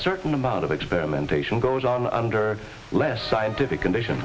certain amount of experimentation goes on under less scientific condition